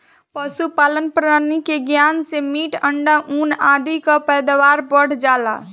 पशुपालन प्रणाली के ज्ञान से मीट, अंडा, ऊन आदि कअ पैदावार बढ़ जाला